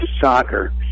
soccer